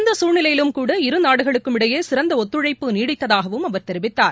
இந்த சூழ்நிலையிலும்கூட இரு நாடுகளுக்கும் இடையே சிறந்த ஒத்துழைப்பு நீடித்ததாகவும் அவர் தெரிவித்தார்